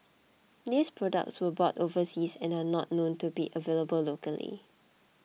these products were bought overseas and are not known to be available locally